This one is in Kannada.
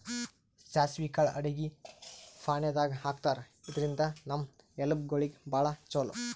ಸಾಸ್ವಿ ಕಾಳ್ ಅಡಗಿ ಫಾಣೆದಾಗ್ ಹಾಕ್ತಾರ್, ಇದ್ರಿಂದ್ ನಮ್ ಎಲಬ್ ಗೋಳಿಗ್ ಭಾಳ್ ಛಲೋ